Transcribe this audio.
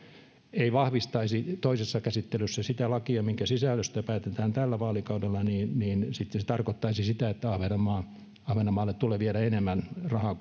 ei vahvistaisi toisessa käsittelyssä sitä lakia minkä sisällöstä päätetään tällä vaalikaudella niin niin sitten se tarkoittaisi sitä että ahvenanmaalle tulee vielä enemmän rahaa